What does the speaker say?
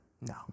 no